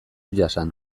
jasan